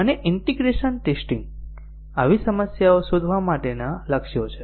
અને integration testing આવી સમસ્યાઓ શોધવા માટેના લક્ષ્યો છે